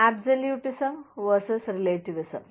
absolutism versus relativism